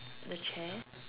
the chair